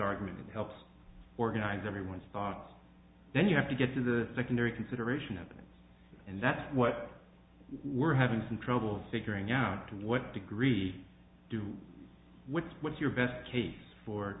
argument it helps organize everyone's thoughts then you have to get to the secondary consideration evidence and that's what we're having some trouble figuring out to what degree do what's what's your best case for